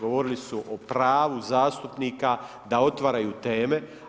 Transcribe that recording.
Govorili su o pravu zastupnika da otvaraju teme.